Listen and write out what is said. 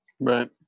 Right